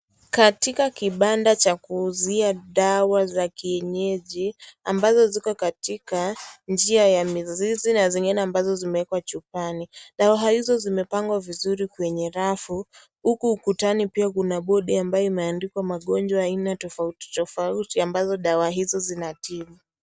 Katika kibanda cha kuuzia dawa za kienyeji ambazo ziko katika njia ya mizizi na zingine ambazo zimewekwa chupani. Dawa hizo zimepangwa vizuri kwenye rafu huku ukutani pia kuna bodi ambayo imeandikwa magonjwa aina tofauti tofauti ambazo dawa hizo zinatibu.